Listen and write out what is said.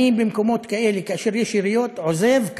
אני במקומות כאלה, כאשר יש יריות, עוזב.